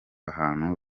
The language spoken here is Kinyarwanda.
ahantu